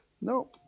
No